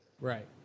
right